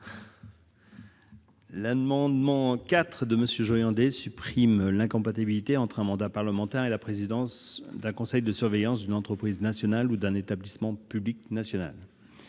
L'amendement n° 4 rectifié de M. Joyandet tend à supprimer l'incompatibilité entre un mandat parlementaire et la présidence du conseil de surveillance d'une entreprise nationale ou d'un établissement public national.